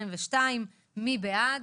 מי בעד?